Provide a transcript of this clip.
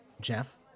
Jeff